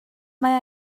mae